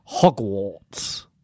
Hogwarts